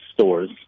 stores